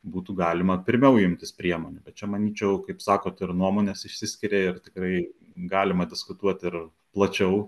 būtų galima pirmiau imtis priemonių bet čia manyčiau kaip sakot ir nuomonės išsiskiria ir tikrai galima diskutuot ir plačiau